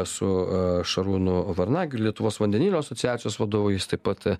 su a šarūnu varnagirių lietuvos vandenilio asociacijos vadovu jis taip pat